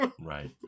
right